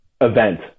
Event